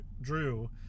Drew